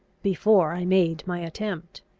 before i made my attempt.